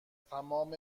تمام